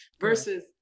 versus